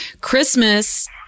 christmas